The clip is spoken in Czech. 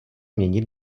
měnit